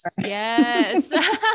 yes